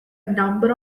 number